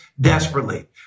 desperately